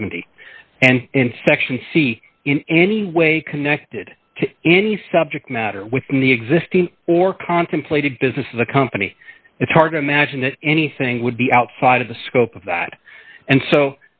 seventy and section c in any way connected to any subject matter within the existing or contemplated business of the company it's hard to imagine that anything would be outside of the scope of that and so